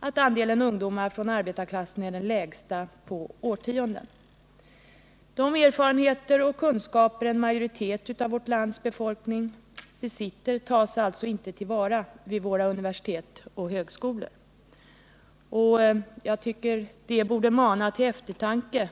att andelen ungdomar från arbetarklassen är den lägsta på årtionden. De erfarenheter och kunskaper en majoritet av vårt lands befolkning besitter tas alltså inte till vara vid våra universitet och högskolor. Jag tycker att det borde mana till eftertanke.